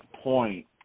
point